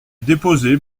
déposé